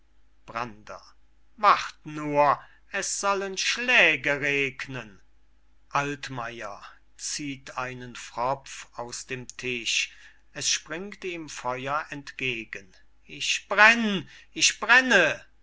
brander wart nur es sollen schläge regnen altmayer zieht einen pfropf aus dem tisch es springt ihm feuer entgegen ich brenne ich brenne